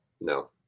No